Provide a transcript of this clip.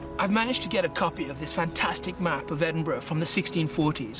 i've managed to get a copy of this fantastic map of edinburgh from the sixteen forty s.